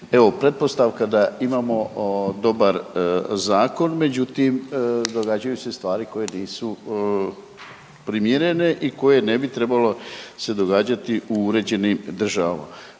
Evo pretpostavka da imamo dobar zakon međutim događaju se stvari koje nisu primjerene i koje ne bi trebalo se događati u uređenim državama.